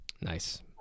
Nice